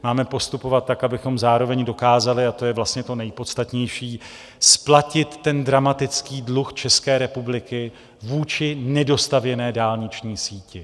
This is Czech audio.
Máme postupovat tak, abychom zároveň dokázali, a to je vlastně to nejpodstatnější, splatit dramatický dluh České republiky vůči nedostavěné dálniční síti.